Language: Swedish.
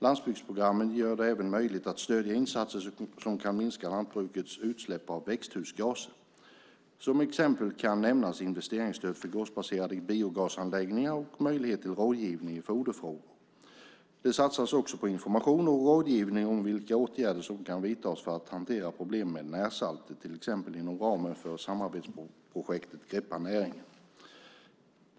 Landsbygdsprogrammet gör det även möjligt att stödja insatser som kan minska lantbrukets utsläpp av växthusgaser. Som exempel kan nämnas investeringsstöd för gårdsbaserade biogasanläggningar och möjlighet till rådgivning i foderfrågor. Det satsas också på information och rådgivning om vilka åtgärder som kan vidtas för att hantera problemet med närsalter, till exempel inom ramen för samarbetsprojektet Greppa näringen.